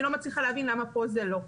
אני לא מצליחה להבין למה פה זה לא.